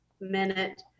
minute